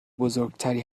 بزرگتری